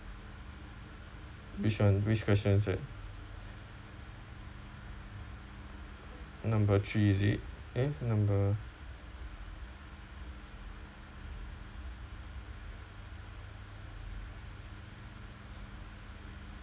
which [one] which question is that number three is it eh number